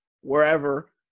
wherever